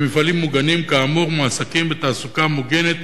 במפעלים מוגנים כאמור מועסקים בתעסוקה מוגנת,